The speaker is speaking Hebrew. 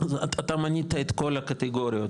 אז אתה מנית את כל הקטגוריות,